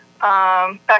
back